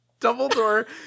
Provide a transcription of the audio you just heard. Dumbledore